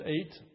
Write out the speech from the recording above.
eight